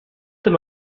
them